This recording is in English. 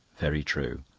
very true.